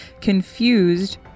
Confused